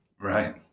Right